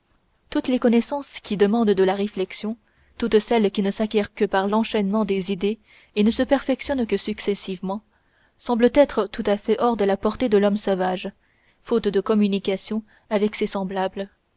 toutes les connaissances qui demandent de la réflexion toutes celles qui ne s'acquièrent que par l'enchaînement des idées et ne se perfectionnent que successivement semblent être tout à fait hors de la portée de l'homme sauvage faute de communication avec ses semblables